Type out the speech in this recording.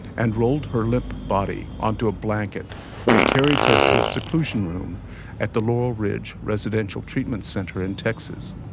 and rolled her limp body onto a blanket they carried her to a seclusion room at the laurel ridge residential treatment centre in texas.